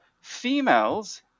Females